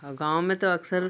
और गाँव में तो अक्सर